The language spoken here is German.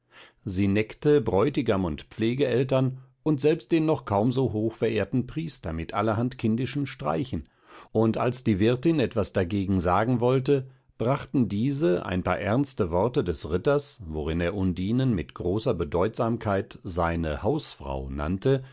sie neckte bräutigam und pflegeeltern und selbst den noch kaum so hochverehrten priester mit allerhand kindischen streichen und als die wirtin etwas dagegen sagen wollte brachten diese ein paar ernste worte des ritters worin er undinen mit großer bedeutsamkeit seine hausfrau nannte